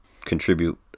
contribute